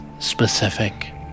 specific